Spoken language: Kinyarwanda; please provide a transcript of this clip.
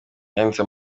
yanditse